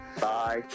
Bye